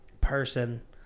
person